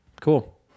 Cool